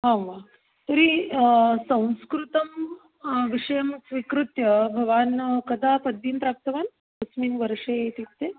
आं वा तर्हि संस्कृतं विषयं स्वीकृत्य भवान् पदवीं प्राप्तवान् कस्मिन् वर्षे इत्युक्ते